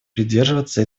придерживаться